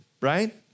right